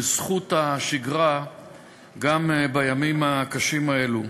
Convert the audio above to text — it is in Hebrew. בזכות השגרה גם בימים הקשים האלו.